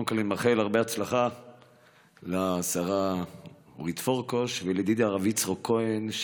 קודם כול אני מאחל הרבה הצלחה לשרה אורית פרקש ולידידי הרב יצחק כהן,